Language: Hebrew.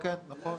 כן, נכון.